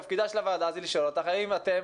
תפקידה של הוועדה זה לשאול אותך האם אתם